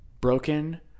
broken